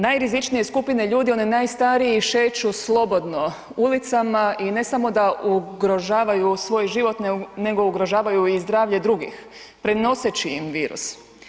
Najrizičnije skupine ljudi, oni najstariji šeću slobodno ulicama i ne samo da ugrožavaju svoj život nego ugrožavaju i zdravlje drugih prenoseći im virus.